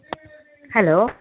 hello